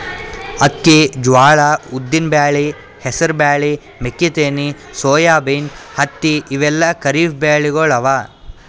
ಅಕ್ಕಿ, ಜ್ವಾಳಾ, ಉದ್ದಿನ್ ಬ್ಯಾಳಿ, ಹೆಸರ್ ಬ್ಯಾಳಿ, ಮೆಕ್ಕಿತೆನಿ, ಸೋಯಾಬೀನ್, ಹತ್ತಿ ಇವೆಲ್ಲ ಖರೀಫ್ ಬೆಳಿಗೊಳ್ ಅವಾ